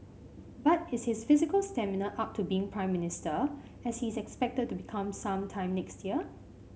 but is his physical stamina up to being Prime Minister as he is expected to become some time next year